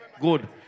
Good